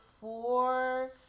four